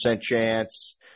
chance